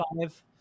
five